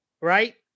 Right